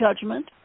judgment